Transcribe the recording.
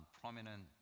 prominent